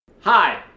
Hi